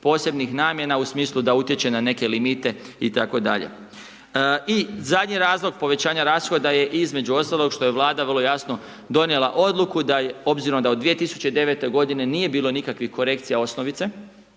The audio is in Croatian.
posebnih namjena u smislu da utječe na neke limite itd. I zadnji razlog povećanja rashoda je, između ostaloga što je Vlada vrlo jasno donijela odluku da je obzirom da od 2009. godine nije bilo nikakvih korekcija osnovice,